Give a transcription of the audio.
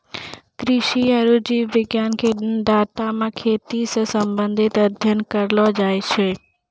कृषि आरु जीव विज्ञान के डाटा मे खेती से संबंधित अध्ययन करलो जाय छै